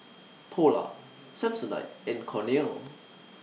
Polar Samsonite and Cornell